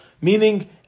Meaning